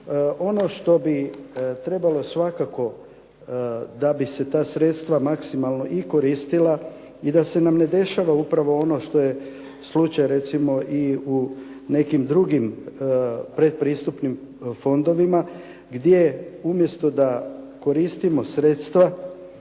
ono što bi trebalo svakako da bi se ta sredstva maksimalno i koristila i da nam se ne dešava upravo ono što je slučaj recimo i u nekim drugim pretpristupnim fondovima gdje umjesto da koristimo sredstva